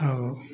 ଆଉ